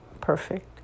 perfect